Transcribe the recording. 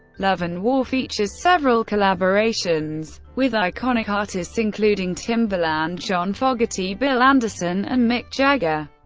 love and war features several collaborations with iconic artists, including timbaland, john fogerty, bill anderson, and mick jagger,